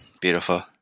beautiful